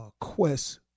quest